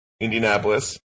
Indianapolis